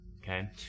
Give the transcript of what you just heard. okay